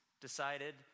decided